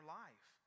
life